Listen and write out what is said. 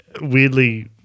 weirdly